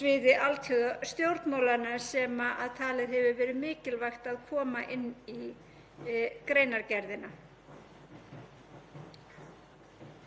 Forsaga málsins er sú að árið 2017